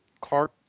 Clark